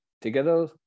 together